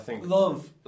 Love